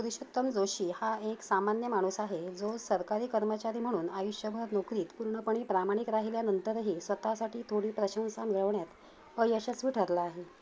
पुरुषोत्तम जोशी हा एक सामान्य माणूस आहे जो सरकारी कर्मचारी म्हणून आयुष्यभर नोकरीत पूर्णपणे प्रामाणिक राहिल्यानंतरही स्वतःसाठी थोडी प्रशंसा मिळवण्यात अयशस्वी ठरला आहे